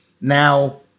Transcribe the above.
now